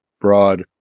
broad